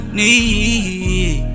need